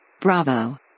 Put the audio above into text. Bravo